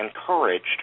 encouraged